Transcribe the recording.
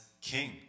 king